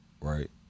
right